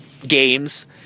games